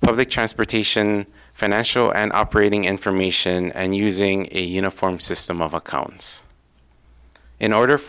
the transportation financial and operating information and using a uniform system of accounts in order